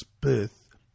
birth